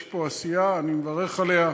יש פה עשייה, אני מברך עליה.